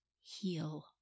heal